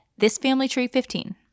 ThisFamilyTree15